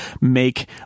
make